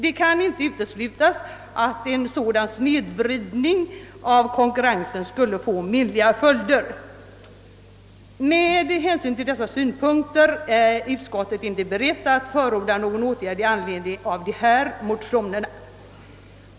Det kan inte uteslutas att en sådan snedvridning av konkurrensen skulle få menliga följder. Med hänsyn till dessa synpunkter är utskottet inte berett att förorda någon åtgärd i anledning av nu berörda motioner.